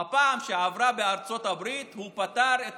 בפעם שעברה בארצות הברית הוא פתר את